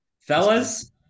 fellas